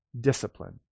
discipline